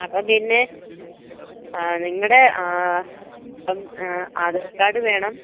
അപ്പോൾ പിന്നെ നിങ്ങളുടെ അപ്പം ആധാർ കാർഡ് വേണം